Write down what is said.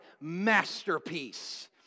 masterpiece